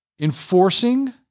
enforcing